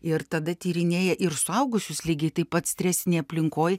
ir tada tyrinėja ir suaugusius lygiai taip pat stresinėj aplinkoj